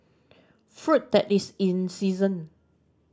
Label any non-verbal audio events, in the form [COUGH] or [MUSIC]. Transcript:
[UNINTELLIGIBLE] that is in season